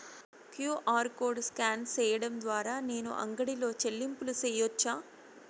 QR code scan సేయడం ద్వారా నేను అంగడి లో చెల్లింపులు సేయొచ్చా?